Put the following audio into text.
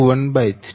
2r130